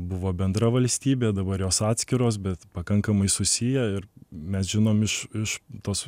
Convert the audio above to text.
buvo bendra valstybė dabar jos atskiros bet pakankamai susiję ir mes žinom iš iš tos